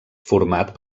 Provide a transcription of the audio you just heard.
format